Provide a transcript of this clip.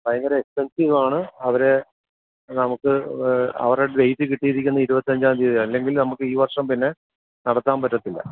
ഭയങ്കര എക്സ്പ്പെൻസീവ് ആണ് അവരെ നമുക്ക് അവരുടെ ഡേറ്റ് കിട്ടിയിരിക്കുന്നത് ഇരുപത്തി അഞ്ചാന്തീയാ അല്ലെങ്കിൽ നമുക്ക് ഈ വർഷം പിന്നെ നടത്താൻ പറ്റത്തില്ല